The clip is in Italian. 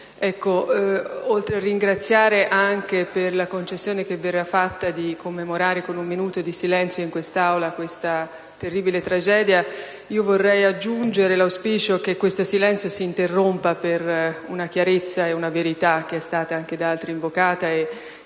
Oltre a ringraziare anche per la concessione che verrà fatta di commemorare con un minuto di silenzio in quest'Aula questa terribile tragedia, vorrei aggiungere l'auspicio che questo silenzio si interrompa per una chiarezza e una verità che è stata anche da altri invocata.